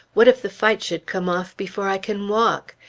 what if the fight should come off before i can walk?